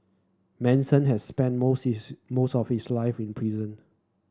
Manson had spent most most of his life in prison